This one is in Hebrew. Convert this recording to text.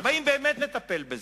באים באמת לטפל בזה.